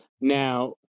Now